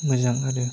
मोजां आरो